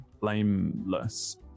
blameless